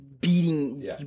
beating